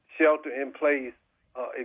shelter-in-place